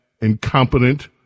incompetent